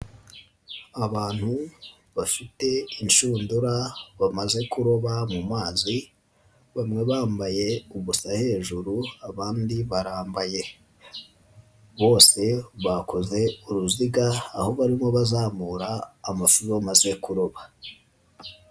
Abantu bafite inshundura bamaze kuroba mu mazi bamwe bambaye ubusa hejuru abandi barambaye, bose bakoze uruziga aho barimo bazamura amafi bamaze kuroba.